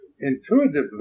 intuitively